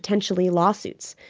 potentially, lawsuits.